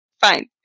Fine